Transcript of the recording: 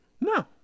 No